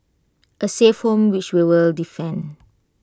A safe home which we will defend